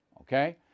Okay